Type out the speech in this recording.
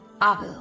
Abu